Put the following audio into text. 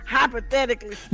Hypothetically